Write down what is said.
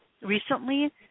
recently